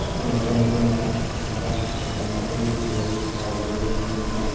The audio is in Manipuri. ꯃꯔꯝ ꯑꯗꯨꯅ ꯅꯍꯥꯔꯣꯜ ꯃꯈꯣꯏꯒꯤ ꯄꯨꯟꯁꯤ ꯋꯥꯔꯤ ꯄꯥꯔꯨꯕ ꯃꯤ ꯈꯨꯗꯤꯡꯃꯛꯅ